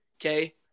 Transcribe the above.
okay